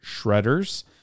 Shredders